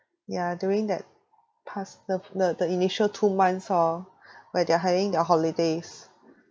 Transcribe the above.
ya during that past the the the initial two months hor where they're having their holidays